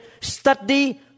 study